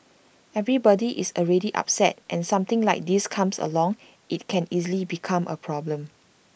everybody is already upset and something like this comes along IT can easily become A problem